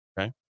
Okay